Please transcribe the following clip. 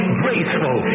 graceful